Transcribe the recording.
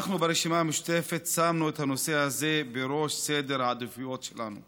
אנחנו ברשימה המשותפת שמנו את הנושא הזה בראש סדר העדיפויות שלנו,